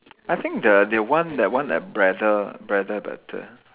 I think the the one that one at Braddell Braddell better